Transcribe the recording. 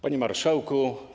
Panie Marszałku!